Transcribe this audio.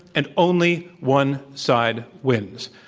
and only one side wins.